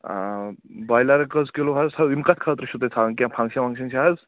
آ بۄیِلَر کٔژ کِلوٗ حظ یِم کَتھ خٲطرٕ چھُو تۄہہِ تھاوان کیٚنٛہہ فَنٛگشَن وَنٛگشَن چھِ حظ